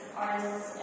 artists